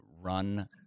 run